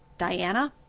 diana?